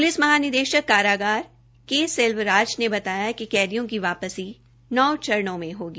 police महानिदेशक कारागार के सेल्वराज ने बताया कि कैदियो की वापसी नौ चरणों में होगी